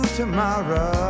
tomorrow